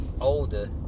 older